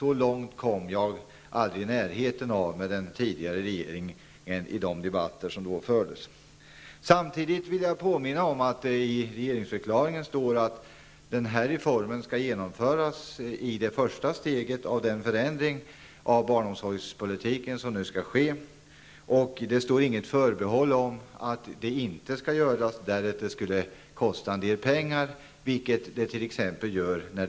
Det kom den tidigare regeringen inte i närheten av i de debatter som då fördes. Jag vill samtidigt påminna om att det i regeringsförklaringen står att den reform som skall genomföras är det första steget i den förändring av barnomsorgspolitiken som nu skall ske. Det finns inget förbehåll om att det första steget inte skall genomföras, därest det kostar pengar, vilket det finns när det gäller steg 2.